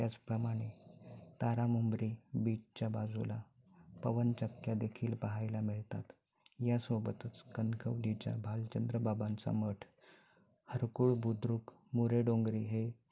त्याचप्रमाणे तारामुंबरी बीचच्या बाजूला पवनचक्क्या देखील पाहायला मिळतात यासोबतच कणकवलीच्या भालचंद्र बाबांचा मठ हरकुळ बुदृक मुरे डोंगरे हे